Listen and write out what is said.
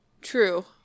True